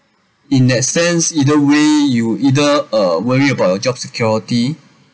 in that sense either way you either uh worry about a job security